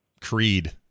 Creed